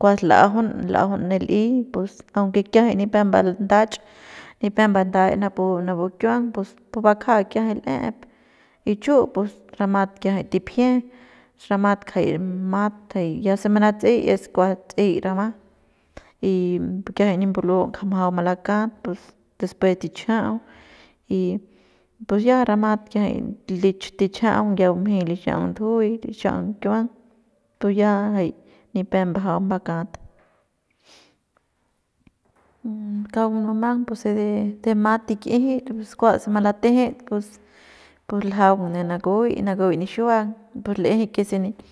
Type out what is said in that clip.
kuas l'ajaun l'ajaun ne li'i pus aunque kiajay nipep mbandach nipem mbandach mbandach napu kiuang pus pu bakja kiajay l'ep y chu pus ramat kiajay tipjie rmat jay mat jay ya se manatse'ey kuas tse'ey rama y pu kiajay nip mbal'u ja majau malakat pus despues tichajau y pus ya ramat kiaja ti tichijiau ya bumjey lixaung ndujuy lixi'aung kiuang pu ya jay nipep mbajau mbakat kauk munumang puse de mat tik'ijit rapu se kua se malatejet pus ljaung ne nakui nakui nixiuang pus l'eje que se.